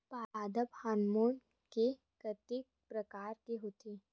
पादप हामोन के कतेक प्रकार के होथे?